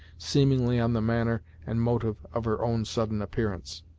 seemingly on the manner and motive of her own sudden appearance.